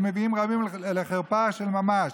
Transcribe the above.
שמביאה רבים לחרפה של ממש.